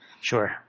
sure